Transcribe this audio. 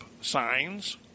signs